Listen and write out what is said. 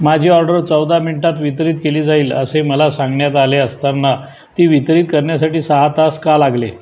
माझी ऑर्डर चौदा मिनिटात वितरित केली जाईल असे मला सांगण्यात आले असताना ती वितरित करण्यासाठी सहा तास का लागले